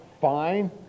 Fine